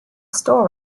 store